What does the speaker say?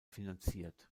finanziert